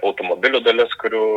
automobilių dalis kurių